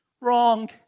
Wrong